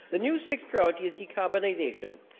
the new, sixth priority is decarbonisation.